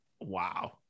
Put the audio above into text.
Wow